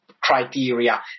criteria